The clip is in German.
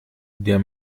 der